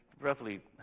Roughly